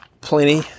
plenty